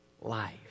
life